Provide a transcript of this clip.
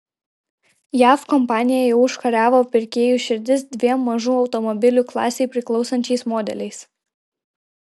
jav kompanija jau užkariavo pirkėjų širdis dviem mažų automobilių klasei priklausančiais modeliais